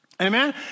Amen